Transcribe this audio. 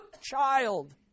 child